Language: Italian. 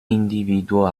individuo